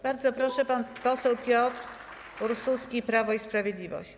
Bardzo proszę, pan poseł Piotr Uruski, Prawo i Sprawiedliwość.